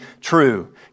true